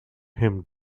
him